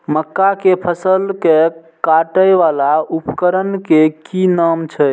मक्का के फसल कै काटय वाला उपकरण के कि नाम छै?